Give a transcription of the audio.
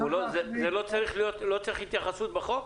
לא צריך התייחסות בחוק?